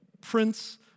Prince